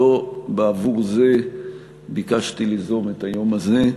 שלא בעבור זה ביקשתי ליזום את היום הזה,